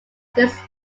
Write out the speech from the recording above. this